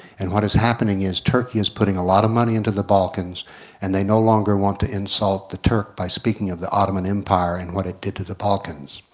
and what is happening is that turkey is putting a lot of money into the balkans and they no longer want to insult the turk by speaking of the ottoman empire and what it did to the balkans.